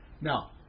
Now